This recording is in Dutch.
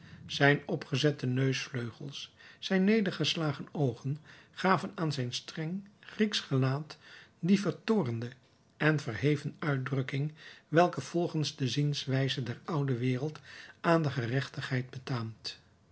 zijn opgezette neusvleugels zijn nedergeslagen oogen gaven aan zijn streng grieksch gelaat die vertoornde en verheven uitdrukking welke volgens de zienswijze der oude wereld aan de gerechtigheid betaamt